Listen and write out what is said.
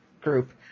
group